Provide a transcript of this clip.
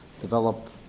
develop